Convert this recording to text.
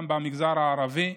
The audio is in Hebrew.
גם במגזר הערבי.